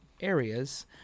areas